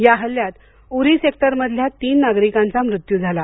या हल्ल्यात उरी सेक्टरमधल्या तीन नागरिकांचा मृत्यू झाला